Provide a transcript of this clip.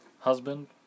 Husband